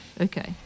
Okay